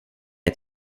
ett